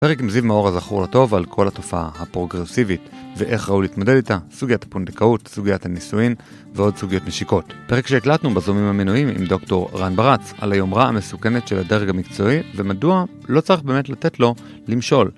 פרק עם זיו מאור הזכור לטוב על כל התופעה הפרוגרסיבית ואיך ראוי להתמודד איתה, סוגיית הפונדקאות, סוגיית הנישואין ועוד סוגיות נשיקות. פרק שהקלטנו בזומים המינויים עם דוקטור רן ברץ על היומרה המסוכנת של הדרג המקצועי ומדוע לא צריך באמת לתת לו למשול.